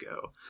go